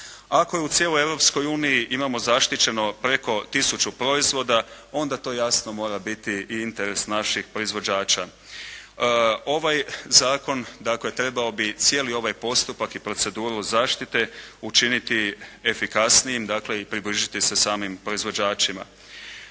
Ako u cijeloj Europskoj uniji imamo zaštićeno preko tisuću proizvoda, onda to jasno mora biti i interes naših proizvođača. Ovaj zakon, dakle trebao bi cijeli ovaj postupak i proceduru zaštite učiniti efikasnijim, dakle i približiti se samim proizvođačima.